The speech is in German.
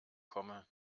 komme